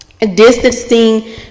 distancing